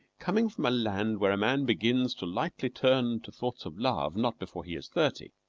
coming from a land where a man begins to lightly turn to thoughts of love not before he is thirty,